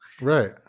Right